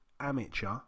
amateur